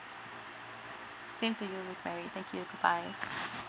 same to you miss mary thank you goodbye